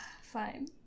fine